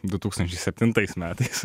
du tūkstančiai septintais metais